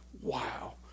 wow